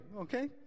okay